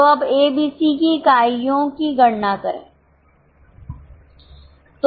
तो अब A B C की इकाइयों की गणना करें